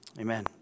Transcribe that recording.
Amen